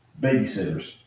babysitters